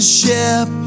ship